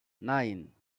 nine